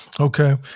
Okay